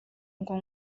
ngo